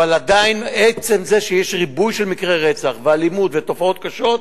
אבל עדיין עצם זה שיש ריבוי של מקרי רצח ואלימות ותופעות קשות,